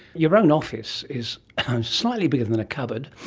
your own office is slightly bigger than a cupboard,